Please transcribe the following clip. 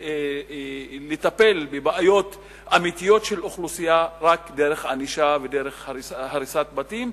ואם נטפל בבעיות אמיתיות של אוכלוסייה רק דרך ענישה ודרך הריסת בתים,